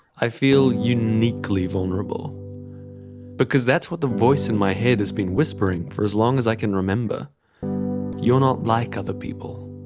i feel uniquely vulnerable because that's what the voice in my head has been whispering for as long as i can remember you're not like other people.